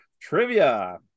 trivia